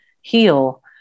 heal